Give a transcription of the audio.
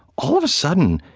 all of a sudden,